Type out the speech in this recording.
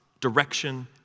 direction